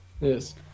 Yes